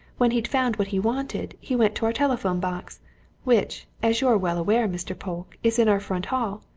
when he'd found what he wanted, he went to our telephone box which, as you're well aware, mr. polke, is in our front hall.